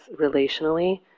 relationally